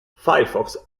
firefox